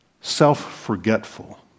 self-forgetful